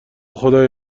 خدای